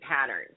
patterns